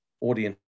audience